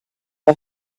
her